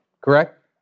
Correct